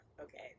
okay